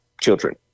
children